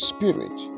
Spirit